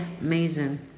amazing